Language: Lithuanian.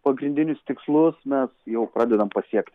pagrindinius tikslus mes jau pradedam pasiekti